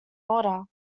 order